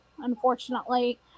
Unfortunately